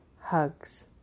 hugs